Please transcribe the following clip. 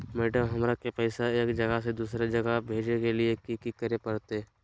Madam, हमरा के पैसा एक जगह से दुसर जगह भेजे के लिए की की करे परते?